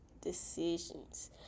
decisions